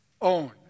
own